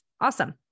Awesome